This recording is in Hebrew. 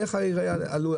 הכול עלה,